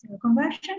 conversion